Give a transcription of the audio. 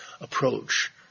approach